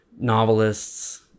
novelists